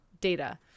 data